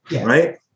right